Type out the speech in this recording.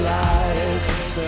life